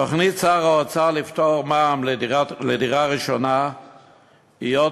תוכנית שר האוצר לפטור ממע"מ דירה ראשונה היא עוד